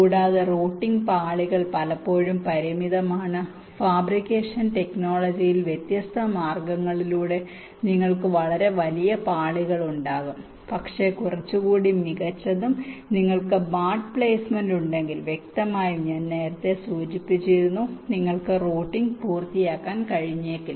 കൂടാതെ റൂട്ടിംഗ് പാളികൾ പലപ്പോഴും പരിമിതമാണ് ഫാബ്രിക്കേഷൻ ടെക്നോളജിയിൽ വ്യത്യസ്ത മാർഗങ്ങളിലൂടെ നിങ്ങൾക്ക് വളരെ വലിയ പാളികൾ ഉണ്ടാകും പക്ഷേ കുറച്ചുകൂടി മികച്ചതും നിങ്ങൾക്ക് ബാഡ് പ്ലേസ്മെന്റ് ഉണ്ടെങ്കിൽ വ്യക്തമായും ഞാൻ നേരത്തെ സൂചിപ്പിച്ചിരുന്നു നിങ്ങൾക്ക് റൂട്ടിംഗ് പൂർത്തിയാക്കാൻ കഴിഞ്ഞേക്കില്ല